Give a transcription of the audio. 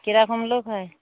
কীরকম লোক হয়